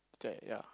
ya